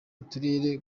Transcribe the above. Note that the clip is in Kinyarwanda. uturere